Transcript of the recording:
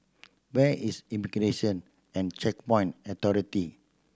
where is Immigration and Checkpoint Authority